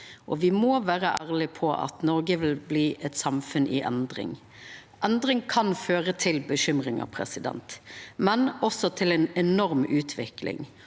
me må vere ærlege på at Noreg vil bli eit samfunn i endring. Endring kan føra til bekymringar, men også til ei enorm utvikling.